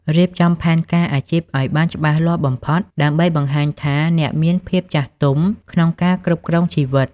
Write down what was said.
រៀបចំផែនការអាជីពឱ្យបានច្បាស់លាស់បំផុត ដើម្បីបង្ហាញថាអ្នកមានភាពចាស់ទុំក្នុងការគ្រប់គ្រងជីវិត។